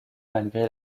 malgré